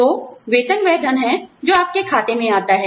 तो वेतन वह धन है जो आपके खाते में आता है